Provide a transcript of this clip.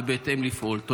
ולפעול בהתאם.